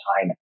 China